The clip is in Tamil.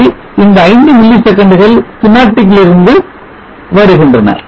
சரி இந்த ஐந்து மில்லி செகண்டுகள் schematic ல் இருந்து வருகின்றன